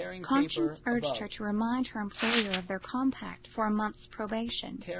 conscience urged her to remind her employer of their compact for a month's probation.